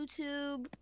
YouTube